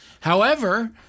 However-